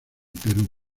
perú